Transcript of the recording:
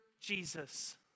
Jesus